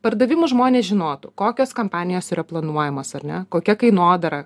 pardavimų žmonės žinotų kokios kompanijos yra planuojamos ar ne kokia kainodara